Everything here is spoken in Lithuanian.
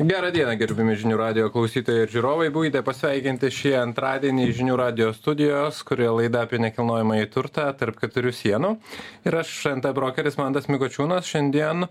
gerą dieną gerbiami žinių radijo klausytojai ir žiūrovai būkite pasveikinti šį antradienį žinių radijo studijos kurioje laida apie nekilnojamąjį turtą tarp keturių sienų ir aš nt brokeris mantas mikočiūnas šiandien